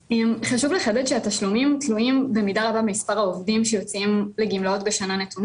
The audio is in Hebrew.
אם לא צריך להסתכל גם על הקשישים שמתווספים משנה לשנה.